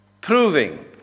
proving